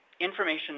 information